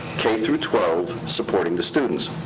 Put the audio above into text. k through twelve, supporting the students.